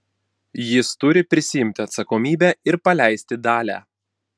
jis turi prisiimti atsakomybę ir paleisti dalią